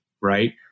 Right